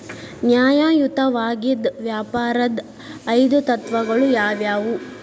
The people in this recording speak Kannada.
ನ್ಯಾಯಯುತವಾಗಿದ್ ವ್ಯಾಪಾರದ್ ಐದು ತತ್ವಗಳು ಯಾವ್ಯಾವು?